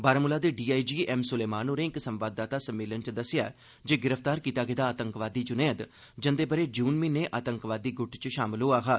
बारामूला दे DIG M Suleman होरें इक संवाददाता सम्मेलन च दस्सेआ जे गिरफ्तार कीता गेदा आतंकवादी जुनेद जंदे ब'रे जून म्हीने आतंकवादी गुट च शामल होआ हा